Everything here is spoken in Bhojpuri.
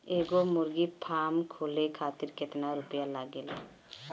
एगो मुर्गी फाम खोले खातिर केतना रुपया लागेला?